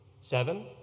Seven